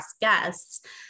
guests